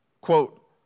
Quote